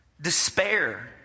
despair